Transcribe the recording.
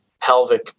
pelvic